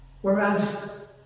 Whereas